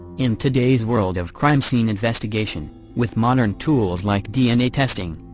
in today's world of crime scene investigation, with modern tools like dna testing,